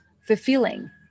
fulfilling